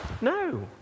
No